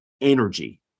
energy